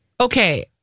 okay